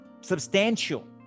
substantial